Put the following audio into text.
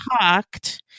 talked